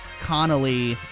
Connolly